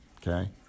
Okay